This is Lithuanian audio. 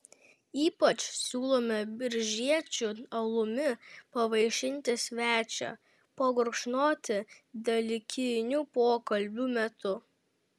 ypač siūlome biržiečių alumi pavaišinti svečią pagurkšnoti dalykinių pokalbių metu